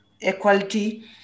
equality